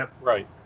Right